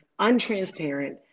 untransparent